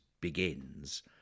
begins